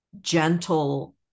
gentle